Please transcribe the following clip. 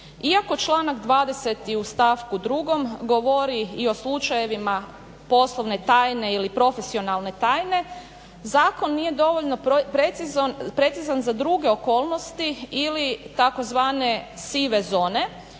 Iako čl. 20. u st. 2. govori o slučajevima poslovne tajne ili profesionalne tajne, zakon nije dovoljno precizan za druge okolnosti ili tzv. sive zone.